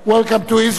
Welcome to Israel.